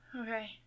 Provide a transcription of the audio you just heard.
Okay